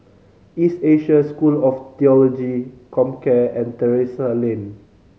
East Asia School of Theology Comcare and Terrasse Lane